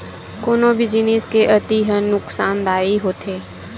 कोनो भी जिनिस के अति ह नुकासानदायी होथे